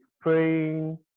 praying